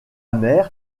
mère